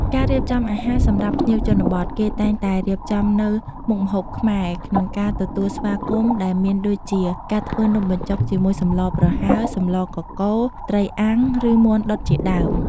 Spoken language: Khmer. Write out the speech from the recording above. ការរៀបចំអាហារសម្រាប់ភ្ញៀវជនបទ គេតែងតែ រៀបចំនូវមុខម្ហូបខ្មែរ ក្នុងការទទួលស្វាគមន៍ ដែលមានដូចជា ការធ្វើនំបញ្ចុកជាមួយសម្លប្រហើរ សម្លកកូរ ត្រីអាំង ឬមាន់ដុតជាដើម។